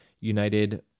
united